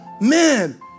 man